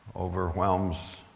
overwhelms